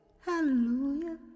Hallelujah